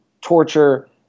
torture